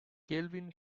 kelvin